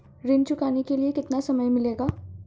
ऋण चुकाने के लिए कितना समय मिलेगा?